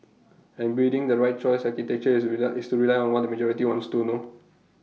and building the right choice architecture is rely is to rely on what the majority wants to no